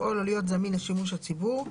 לפעול או להיות זמין לשימוש הציבור,